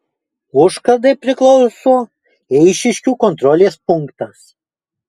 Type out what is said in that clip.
užkardai priklauso eišiškių kontrolės punktas